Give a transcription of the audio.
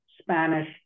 Spanish